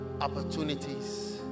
opportunities